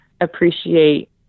appreciate